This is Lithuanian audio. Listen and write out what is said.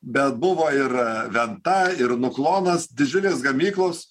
bet buvo ir venta ir nuklonas didžiulės gamyklos